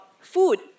food